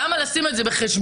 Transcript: למה לשים את זה בחשבון